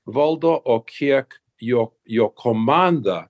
valdo o kiek jo jo komanda